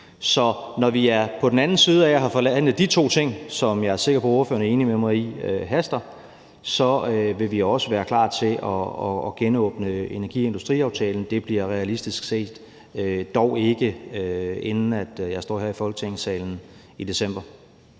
Så når vi er på den anden side af at have fået forhandlet de to ting, som jeg er sikker på ordføreren er enig med mig i haster, vil vi også være klar til at genåbne energi- og industriaftalen, men det bliver realistisk set dog ikke, inden jeg står her i Folketingssalen i december.